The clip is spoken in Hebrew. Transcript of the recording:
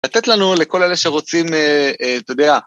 לתת לנו, לכל אלה שרוצים, אתה יודע.